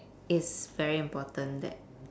it's very important that